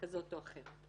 כזאת או אחרת.